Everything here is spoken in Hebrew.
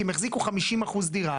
כי הם החזיקו 50 אחוז דירה.